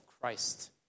Christ